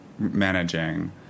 managing